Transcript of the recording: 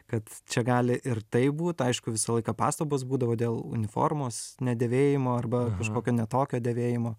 kad čia gali ir taip būt aišku visą laiką pastabos būdavo dėl uniformos nedėvėjimo arba kažkokio ne tokio dėvėjimo